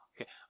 Okay